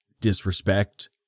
disrespect